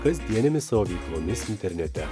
kasdienėmis savo veiklomis internete